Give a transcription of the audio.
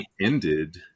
ended